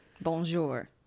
bonjour